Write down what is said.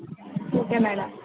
okay madam